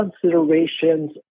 considerations